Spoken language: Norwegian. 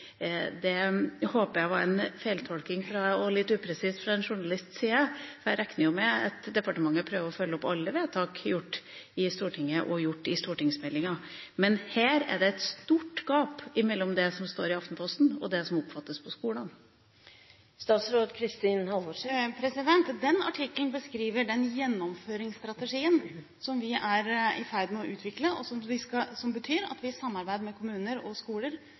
Det håper jeg var en feiltolkning og litt upresist fra en journalists side, for jeg regner med at departementet prøver å følge opp alle vedtak gjort i Stortinget, og gjort i forbindelse med stortingsmeldingen. Men her er det et stort gap mellom det som står i Aftenposten, og det som oppfattes på skolene. Den artikkelen beskriver den gjennomføringsstrategien som vi er i ferd med å utvikle, og som betyr at vi – i samarbeid med kommuner og skoler